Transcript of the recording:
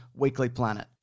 weeklyplanet